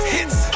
Hits